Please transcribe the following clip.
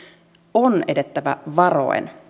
on edettävä varoen